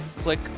click